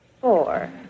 Four